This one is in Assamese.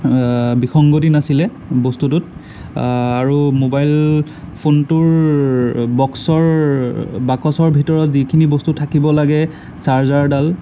বিসংগতি নাছিলে বস্তুটোত আৰু ম'বাইল ফোনটোৰ বক্স'ৰ বাকচৰ ভিতৰত যিখিনি বস্তু থাকিব লাগে চাৰ্জাৰডাল